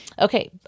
Okay